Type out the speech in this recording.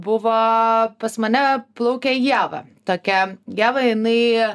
buvo pas mane plaukė ieva tokia ieva jinai